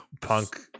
Punk